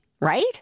right